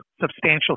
substantial